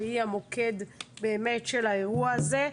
שהיא המוקד של האירוע הזה.